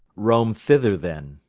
roame thither then.